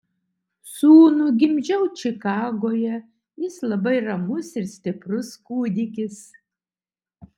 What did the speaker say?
sūnų gimdžiau čikagoje jis labai ramus ir stiprus kūdikis